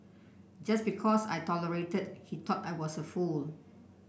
just because I tolerated he thought I was a fool